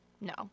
No